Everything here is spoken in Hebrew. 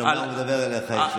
יש לך מים?